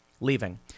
leaving